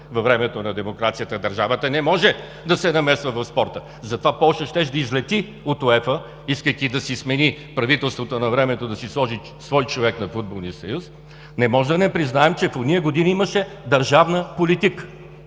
във времето на демокрацията – държавата не може да се намесва в спорта, затова Полша щеше да излети от УЕФА, искайки да си смени правителството навремето и да си сложи свой човек на футболния съюз, не можем да не признаем, че в онези години имаше държавна политика.